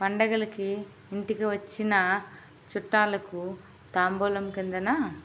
పండుగలకి ఇంటికి వచ్చిన చుట్టాలకు తాంబూలం కిందన